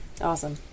Awesome